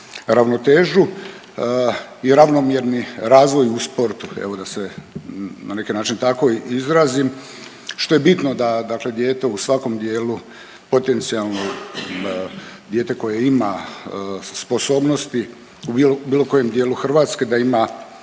ravnotežu i ravnomjerni razvoj u sportu evo da se na neki način tako izrazim što je bitno da, dakle dijete u svakom dijelu potencijalno dijete koje ima sposobnosti u bilo kojem dijelu Hrvatske da ima